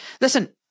Listen